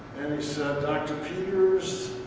and he said dr. peters,